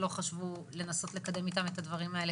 לא חשבו לנסות לקדם איתם את הדברים האלה?